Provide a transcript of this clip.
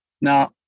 Now